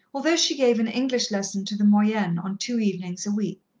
although she gave an english lesson to the moyennes on two evenings a week.